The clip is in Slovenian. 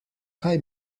kaj